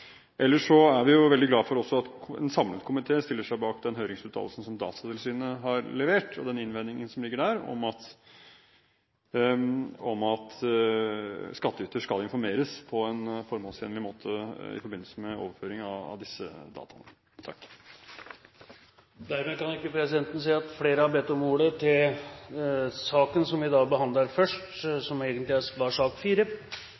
Ellers er vi veldig glad for at en samlet komité stiller seg bak den høringsuttalelsen som Datatilsynet har levert, og den innvendingen som ligger der, om at skattyter skal informeres på en formålstjenlig måte i forbindelse med overføring av disse dataene. Flere har ikke bedt om ordet til